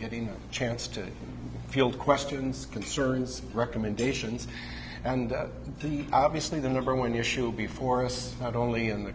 getting a chance to field questions concerns recommendations and obviously the number one issue before us not only in the